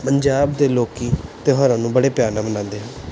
ਪੰਜਾਬ ਦੇ ਲੋਕ ਤਿਉਹਾਰਾਂ ਨੂੰ ਬੜੇ ਪਿਆਰ ਨਾਲ ਮਨਾਉਂਦੇ ਹਨ